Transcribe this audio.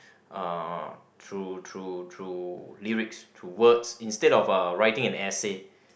uh through through through lyrics through words instead of uh writing an essay